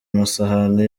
amasahani